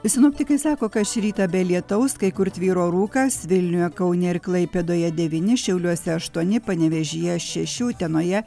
sinoptikai sako kad šį rytą be lietaus kai kur tvyro rūkas vilniuje kaune ir klaipėdoje devyni šiauliuose aštuoni panevėžyje šeši utenoje